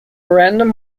random